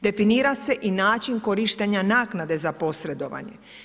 Definira se i način korištenja naknade za posredovanje.